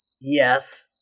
Yes